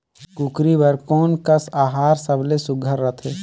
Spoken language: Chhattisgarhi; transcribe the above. कूकरी बर कोन कस आहार सबले सुघ्घर रथे?